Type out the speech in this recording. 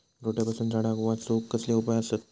रोट्यापासून झाडाक वाचौक कसले उपाय आसत?